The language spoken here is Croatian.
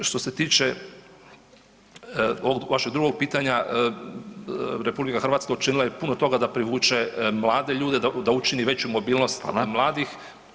Što se tiče ovog vašeg drugog pitanja RH učinila je puno toga da privuče mlade ljude, da učini veću mobilnost mladih